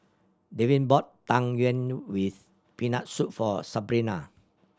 Davin bought Tang Yuen with Peanut Soup for Sabrina